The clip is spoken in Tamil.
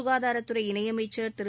ககாதாரத்துறை இணையமைச்சர் திரு